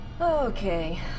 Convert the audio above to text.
Okay